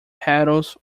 paddles